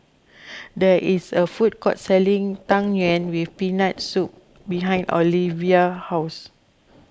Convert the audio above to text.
there is a food court selling Tang Yuen with Peanut Soup behind Olivia's house